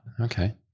okay